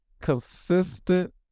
consistent